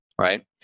Right